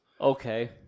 Okay